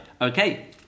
okay